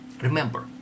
Remember